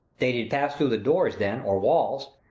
they did pass through the doors then, or walls,